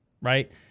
right